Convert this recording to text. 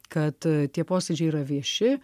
kad tie posėdžiai yra vieši